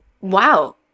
wow